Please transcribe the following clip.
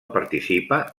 participa